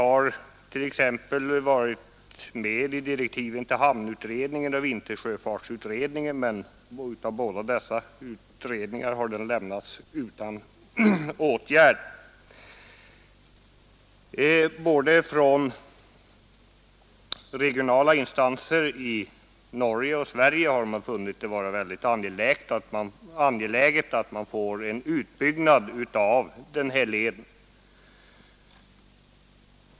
Den här frågan har tagits upp i direktiven för hamnutredningen och vintersjöfartsutredningen men har av båda d åtgärd. Regionala instanser i både Norge och Sverige har funnit det vara utredningar lämnats utan angeläget att den här leden byggs ut.